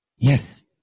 Yes